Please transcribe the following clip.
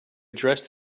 address